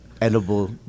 Edible